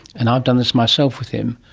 and i've done this myself with him,